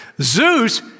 Zeus